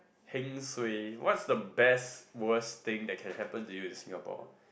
heng suay what is the best worst thing that can happen to you in Singapore